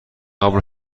قبول